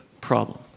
problem